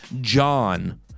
John